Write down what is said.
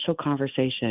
conversation